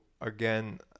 again